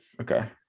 okay